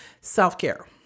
self-care